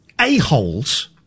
a-holes